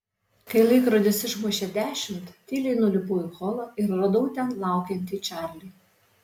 kai laikrodis išmušė dešimt tyliai nulipau į holą ir radau ten laukiantį čarlį